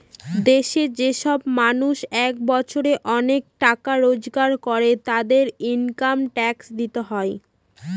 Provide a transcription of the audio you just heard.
দেশে যে সব মানুষ এক বছরে অনেক টাকা রোজগার করে, তাদেরকে ইনকাম ট্যাক্স দিতে হয়